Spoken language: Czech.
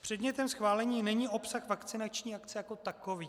Předmětem schválení není obsah vakcinační akce jako takový.